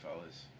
fellas